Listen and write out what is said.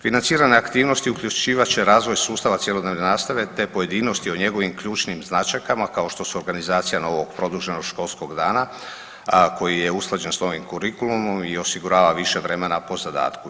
Financirane aktivnosti uključivat će razvoj sustava cjelodnevne nastave te pojedinosti o njegovim ključnim značajkama kao što su organizacija novog produženog školskog dana koji je usklađen s novim kurikulumom i osigurava više vremena po zadatku.